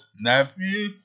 nephew